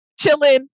chilling